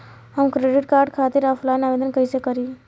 हम credit card खातिर offline आवेदन कइसे करि?